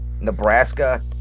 Nebraska